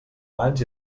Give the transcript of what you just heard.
mans